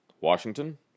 Washington